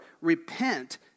repent